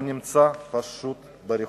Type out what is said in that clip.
הוא נמצא פשוט ברחוב.